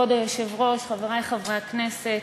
כבוד היושב-ראש, חברי חברי הכנסת,